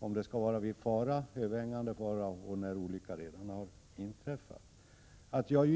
om det skall vara vid fara, överhängande fara eller när olyckan redan har inträffat.